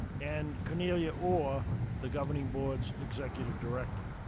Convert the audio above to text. and cornelia orr, the governing board's executive director,